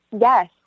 Yes